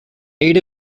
eight